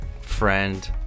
friend